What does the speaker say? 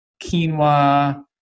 quinoa